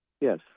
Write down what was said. yes